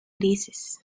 grises